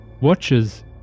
watches